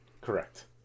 Correct